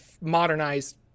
modernized